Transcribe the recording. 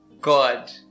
God